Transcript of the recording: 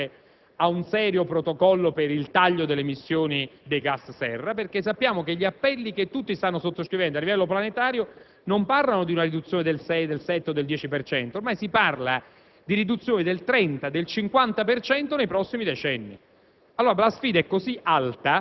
il cambio climatico possano aderire al Protocollo di Kyoto o, comunque lo vogliamo chiamare, a un serio protocollo per il taglio delle emissioni dei gas serra. Sappiamo infatti che gli appelli che si stanno sottoscrivendo a livello planetario non parlano di una riduzione del 6, del 7 o del 10 per